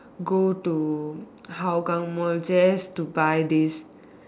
go to Hougang Mall just to buy this